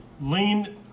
Lean